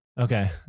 Okay